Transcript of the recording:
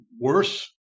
worse